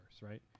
right